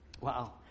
Wow